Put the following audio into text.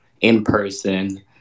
in-person